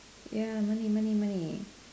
ya money money money